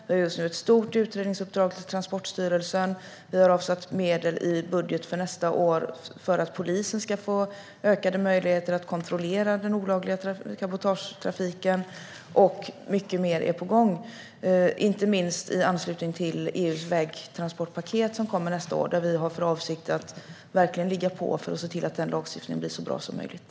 Just nu ligger ett stort utredningsuppdrag hos Transportstyrelsen. Regeringen har avsatt medel i budgeten för nästa år så att polisen ska få ökade möjligheter att kontrollera den olagliga cabotagetrafiken. Mycket mer är på gång, inte minst i anslutning till EU:s vägtransportpaket som kommer nästa år. Vi har för avsikt att verkligen ligga på för att se till att lagstiftningen blir så bra som möjligt.